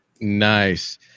Nice